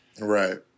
Right